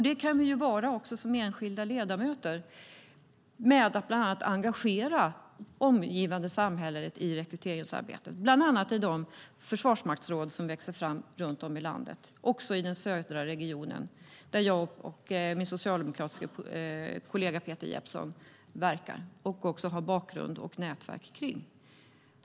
Det kan vi också vara som enskilda ledamöter, genom att engagera det omgivande samhället i rekryteringsarbetet, bland annat i de försvarsmaktsråd som växer fram runt om i landet. Det gäller också i den södra regionen, där jag och min socialdemokratiske kollega Peter Jeppsson verkar och har en bakgrund och ett nätverk.